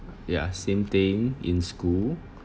ya same thing in school